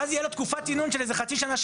ואז תהיה לו תקופת צינון של איזה חצי שנה,